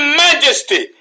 majesty